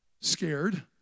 scared